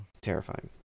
Terrifying